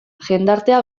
jendartea